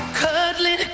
cuddling